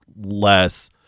less